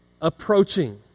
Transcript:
approaching